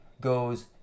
goes